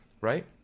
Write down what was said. Right